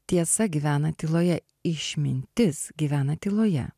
tiesa gyvena tyloje išmintis gyvena tyloje